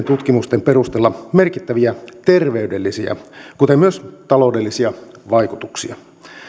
tutkimusten perusteella merkittäviä ter veydellisiä kuten myös taloudellisia vaikutuksia